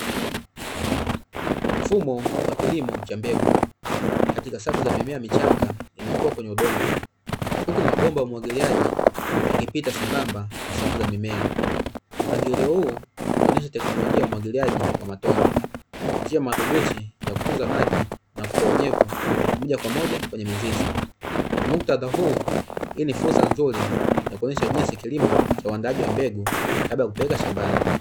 Mfumo wa kilimo cha mbegu katika safu za mimea michanga inayo kua kwenye udongo. Huku mabomba ya umwagiliaji yakipita sambamba na safu za mimea, mpangilio huu unaonyesha teknolojia ya umwagiliaji wa matone njia mathubuti yakutunza maji na kutoa unyevu moja kwa moja kwenye mizizi. Kwa muktadha huu hii ni fursa nzuri ya kuonyesha jinsi kilimo cha uwandaaji wa mbegu kabla ya kupeleka shambani.